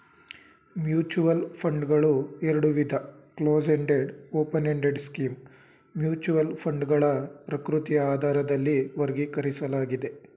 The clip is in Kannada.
ಮ್ಯೂಚುವಲ್ ಫಂಡ್ಗಳು ಎರಡುವಿಧ ಕ್ಲೋಸ್ಎಂಡೆಡ್ ಓಪನ್ಎಂಡೆಡ್ ಸ್ಕೀಮ್ ಮ್ಯೂಚುವಲ್ ಫಂಡ್ಗಳ ಪ್ರಕೃತಿಯ ಆಧಾರದಲ್ಲಿ ವರ್ಗೀಕರಿಸಲಾಗಿದೆ